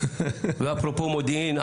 ואפרופו מודיעין,